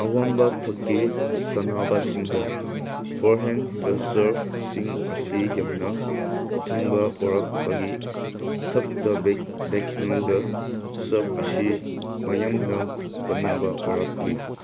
ꯑꯋꯥꯡꯕ ꯊꯥꯛꯀꯤ ꯁꯥꯟꯅꯕꯁꯤꯡꯗ ꯐꯣꯔꯍꯦꯟꯗ ꯁꯔꯕꯁꯤꯡ ꯑꯁꯤ ꯌꯥꯝꯅ ꯇꯥꯡꯕ ꯑꯣꯏꯔꯛꯄꯒꯤ ꯊꯥꯛꯇ ꯕꯦꯛꯍꯦꯟꯗ ꯁꯔꯕ ꯑꯁꯤ ꯃꯌꯥꯝꯅ ꯄꯥꯝꯅꯕ ꯑꯣꯏꯔꯛꯂꯤ